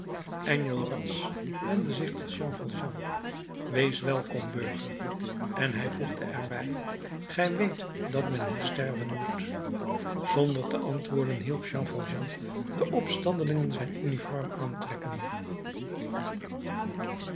enjolras wendde zich tot jean valjean wees welkom burger en hij voegde er bij gij weet dat men hier sterven moet zonder te antwoorden hielp jean valjean den opstandeling zijn uniform aantrekken